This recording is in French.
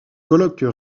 colloques